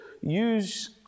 use